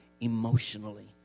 emotionally